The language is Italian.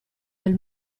del